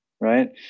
right